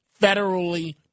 federally